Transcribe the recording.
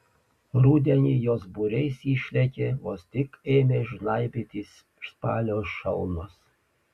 rudenį jos būriais išlėkė vos tik ėmė žnaibytis spalio šalnos